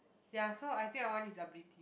ya so I think I want his ability